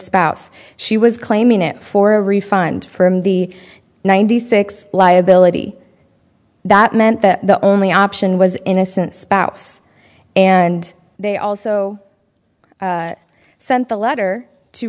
spouse she was claiming it for a refund from the ninety six liability that meant that the only option was innocent spouse and they also sent the letter to